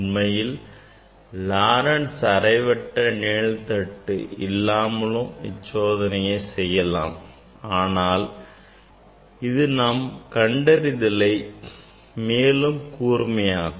உண்மையில் Laurent's அரைவட்ட நிழல்தட்டு இல்லாமலும் இச்சோதனையை செய்யலாம் ஆனால் இது நம் கண்டறிதலை மேலும் கூர்மையாக்கும்